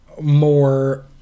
more